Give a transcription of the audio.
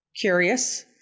Curious